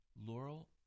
Laurel